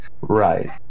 right